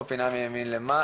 יעזור,